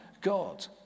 God